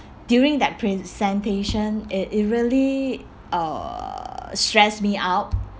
during that presentation it it really uh stress me out